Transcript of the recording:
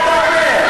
אני מבין מה אני אומר.